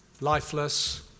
lifeless